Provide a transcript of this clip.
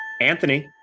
Anthony